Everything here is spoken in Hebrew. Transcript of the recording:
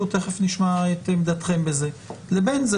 תכף נשמע את עמדתכם בזה לבין זה